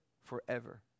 forever